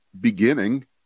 beginning